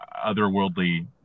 otherworldly